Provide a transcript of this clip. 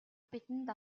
бидэнд